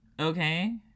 Okay